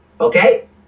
okay